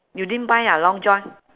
you didn't buy ah long john